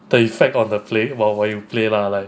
the effect on the player while you play lah like